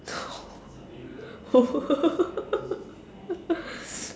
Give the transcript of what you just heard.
oh